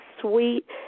sweet